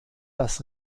das